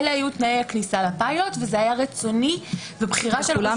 אלה היו תנאי הכניסה לפיילוט וזה היה רצוני ובחירה של רשות